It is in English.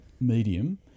medium